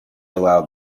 allowed